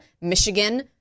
Michigan